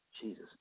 jesus